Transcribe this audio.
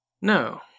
No